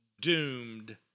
doomed